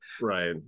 right